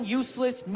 useless